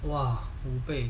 !wah! 五倍